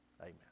amen